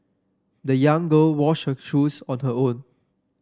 the young girl washed her shoes on her own